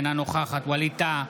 אינה נוכחת ווליד טאהא,